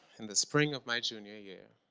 in the spring of my junior year,